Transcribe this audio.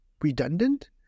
redundant